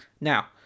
Now